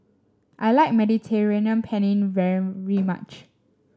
I like Mediterranean Penne very much